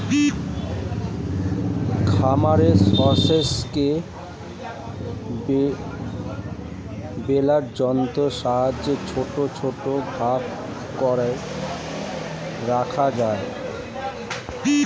খামারের শস্যকে বেলার যন্ত্রের সাহায্যে ছোট ছোট ভাগ করে রাখা হয়